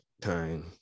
time